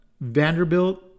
Vanderbilt